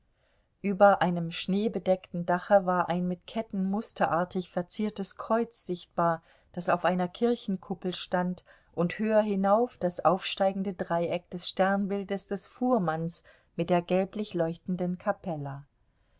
über einem schneebedeckten dache war ein mit ketten musterartig verziertes kreuz sichtbar das auf einer kirchenkuppel stand und höher hinauf das aufsteigende dreieck des sternbildes des fuhrmanns mit der gelblich leuchtenden kapella